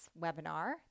webinar